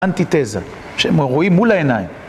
אנטיטזה, שמא רואים מול העיניים.